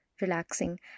relaxing